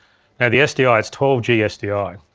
now the sdi, it's twelve g sdi.